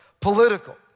political